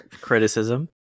Criticism